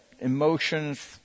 emotions